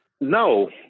No